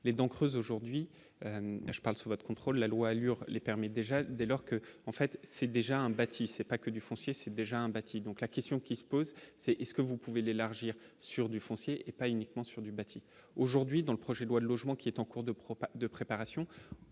les donc rose aujourd'hui, je parle sous votre contrôle la loi allure les permis déjà dès lors que, en fait, c'est déjà un bâti c'est pas que du foncier, c'est déjà un bâti donc la question qui se pose, c'est est-ce que vous pouvez d'élargir sur du foncier, et pas uniquement sur du bâti. Aujourd'hui dans le projet de loi de logement qui est en cours de profs